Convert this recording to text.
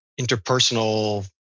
interpersonal